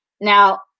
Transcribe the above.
Now